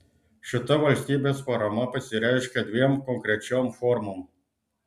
šita valstybės parama pasireiškia dviem konkrečiom formom